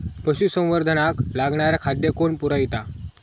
पशुसंवर्धनाक लागणारा खादय कोण पुरयता?